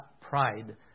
pride